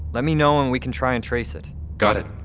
let me know and we can try and trace it got it